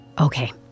Okay